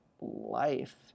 life